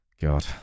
God